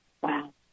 Wow